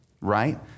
right